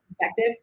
perspective